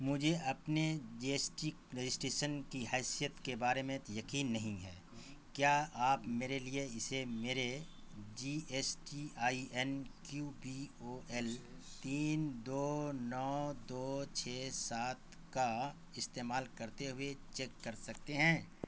مجھے اپنے G S T registration کی حیثیت کے بارے میں یقین نہیں ہے کیا آپ میرے لیے اسے میرے G S T I N Q B O L تین دو نو دو چھ سات کا استعمال کرتے ہوئے چیک کر سکتے ہیں